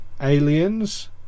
aliens